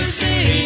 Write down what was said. see